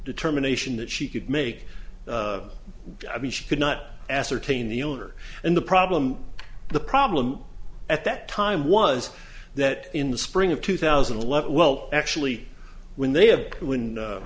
determination that she could make i mean she could not ascertain the owner and the problem the problem at that time was that in the spring of two thousand and eleven well actually when they had when